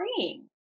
freeing